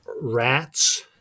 rats